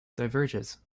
diverges